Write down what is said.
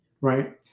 Right